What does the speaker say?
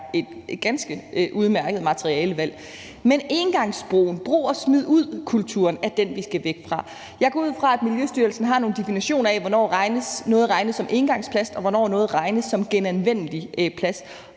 et ganske udmærket materialevalg. Men engangsbrugen, brug og smid ud-kulturen, er den, vi skal væk fra. Jeg går ud fra, at Miljøstyrelsen har nogle definitioner af, hvornår noget regnes som engangsplast, og hvornår noget regnes som genanvendelig plast.